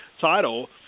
title